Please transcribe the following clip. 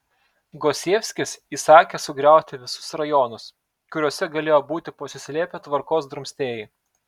gosievskis įsakė sugriauti visus rajonus kuriuose galėjo būti pasislėpę tvarkos drumstėjai